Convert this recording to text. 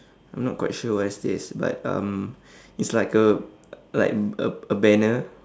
I'm not quite sure what is this but um it's like a like a b~ a banner